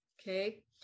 Okay